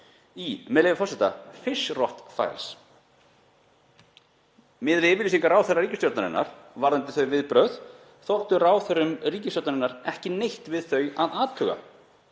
í, með leyfi forseta, Fishrot Files. Miðað við yfirlýsingar ráðherra ríkisstjórnarinnar varðandi þau viðbrögð þótti ráðherrum ríkisstjórnarinnar ekki neitt við þau að athuga.